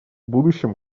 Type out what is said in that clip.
будущем